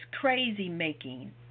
crazy-making